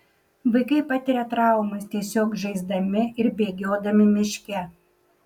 vaikai patiria traumas tiesiog žaisdami ir bėgiodami miške